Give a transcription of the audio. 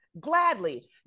Gladly